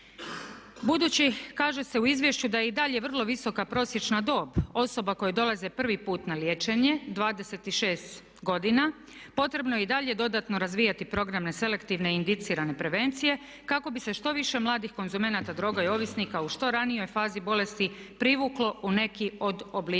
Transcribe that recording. Budući kaže se u izvješću da je i dalje vrlo visoka prosječna dob osoba koje dolaze prvi put na liječenje, 6 godina, potrebno je i dalje razvijati programe selektivne, indicirane prevencije kako bi se što više mladih konzumenata droga i ovisnika u što ranijoj fazi bolesti privuklo u neki od oblika